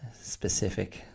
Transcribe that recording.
specific